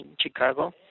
Chicago